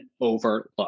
overlook